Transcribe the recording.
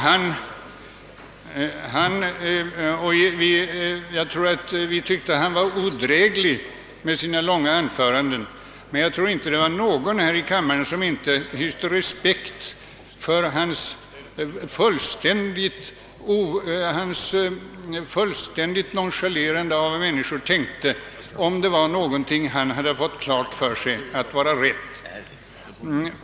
Jag tror att alla tyckte att han var odräglig med sina långa anföranden, men jag tror inte det var någon här i kammaren som inte hyste respekt för hans fullständiga nonchalerande av hur människor tänkte när det gällde någonting som han ansåg vara rätt.